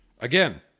again